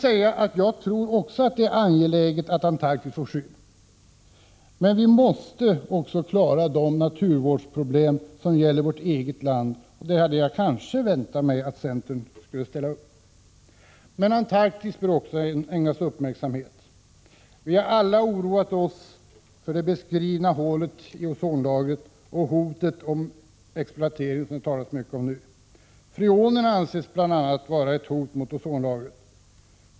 Också jag tror att det är angeläget att Antarktis får skydd, men vi måste också klara de naturvårdsproblem som gäller vårt eget land, och där hade jag kanske väntat mig att centern skulle ställa upp. Men Antarktis bör som sagt också ägnas uppmärksamhet. Vi har alla oroat oss för det beskrivna hålet i ozonlagret och hotet om exploatering som det nu talas mycket om. Freonerna anses bl.a. vara ett hot mot ozonlagret.